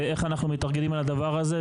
ואיך אנחנו מתארגנים על הדבר הזה?